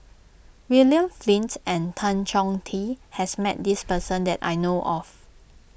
William Flint and Tan Chong Tee has met this person that I know of